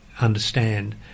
Understand